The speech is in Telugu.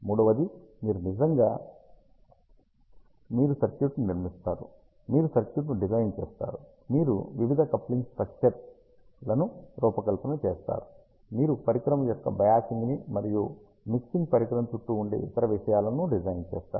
మూడవది మీరు నిజంగా మీరు సర్క్యూట్ను నిర్మిస్తారు మీరు సర్క్యూట్ను డిజైన్ చేస్తారు మీరు వివిధ కప్లింగ్ స్ట్రక్చర్ లను రూపకల్పన చేస్తారు మీరు పరికరం యొక్క బయాసింగ్ ని మరియు మిక్సింగ్ పరికరం చుట్టూ ఉండే ఇతర విషయాలని డిజైన్ చేస్తారు